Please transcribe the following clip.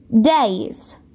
days